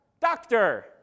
doctor